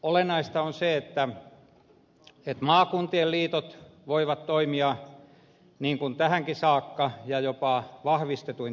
olennaista on se että maakuntien liitot voivat toimia niin kuin tähänkin saakka ja jopa vahvistetuin tehtävin